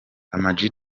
amag